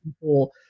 people